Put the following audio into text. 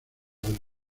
del